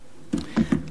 אדוני היושב-ראש,